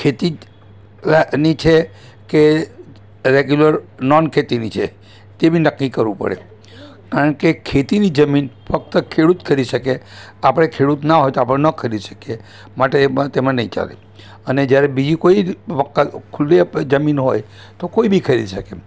ખેતી ની છે કે રેગ્યુલર નોન ખેતીની છે તે બી નક્કી કરવું પડે કારણ કે ખેતીની જમીન ફક્ત ખેડૂત ખરીદી શકે આપણે ખેડૂત ના હોઈએ તો આપણે ન ખરીદી શકીએ માટે તેમાં નહીં ચાલે અને જ્યારે બીજી કોઈ ખુલ્લી આપણે જમીન હોય તો કોઈ બી ખરીદી શકે